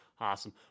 Awesome